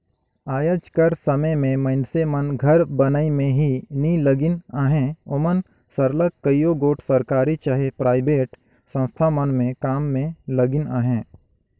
आएज कर समे में मइनसे मन घर बनई में ही नी लगिन अहें ओमन सरलग कइयो गोट सरकारी चहे पराइबेट संस्था मन में काम में लगिन अहें